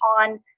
on